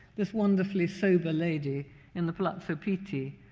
this wonderfully sober lady in the palazzo pitti,